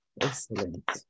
Excellent